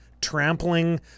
trampling